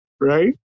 right